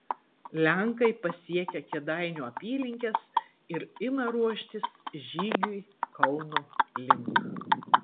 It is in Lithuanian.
lenkai pasiekia kėdainių apylinkes ir ima ruoštis žygiui kauno link